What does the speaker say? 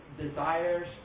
desires